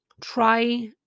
try